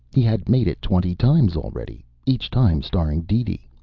he had made it twenty times already, each time starring deedee,